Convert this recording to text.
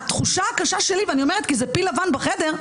התחושה הקשה שלי ואני אומרת כי זה פיל לבן בחדר,